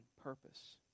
purpose